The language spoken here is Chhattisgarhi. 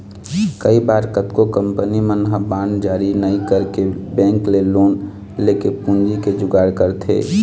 कई बार कतको कंपनी मन ह बांड जारी नइ करके बेंक ले लोन लेके पूंजी के जुगाड़ करथे